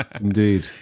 indeed